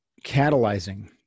catalyzing